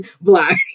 black